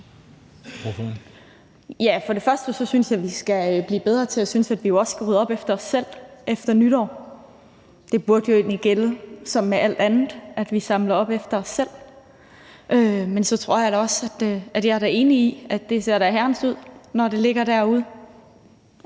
synes først og fremmest, at vi skal blive bedre til at synes, at vi jo også skal rydde op efter os selv efter nytår. Det burde jo egentlig gælde som med alt andet, at vi samler op efter os selv. Men jeg er da også enig i, at det ser herrens ud, når det ligger derude.